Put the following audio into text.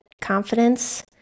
confidence